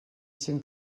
cinc